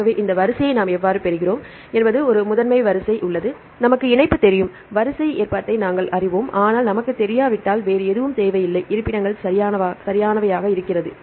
ஆகவே இந்த வரிசையை நாம் எவ்வாறு பெறுகிறோம் என்பது ஒரு முதன்மை வரிசை உள்ளது நமக்கு இணைப்பு தெரியும் வரிசை ஏற்பாட்டை நாங்கள் அறிவோம் ஆனால் நமக்குத் தெரியாவிட்டால் வேறு எதுவும் தேவையில்லை இருப்பிடங்கள் சரியானவையாக இருக்கிறது